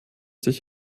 sich